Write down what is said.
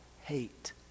hate